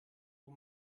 uhr